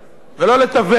ולא לתווך.